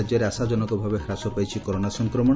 ରାଜ୍ୟରେ ଆଶାଜନକ ଭାବେ ହ୍ରାସ ପାଇଛି କରୋନା ସଂକ୍ରମଶ